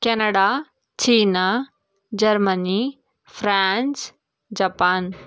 Canada China Germany France Japan